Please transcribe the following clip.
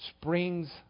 springs